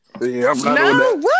No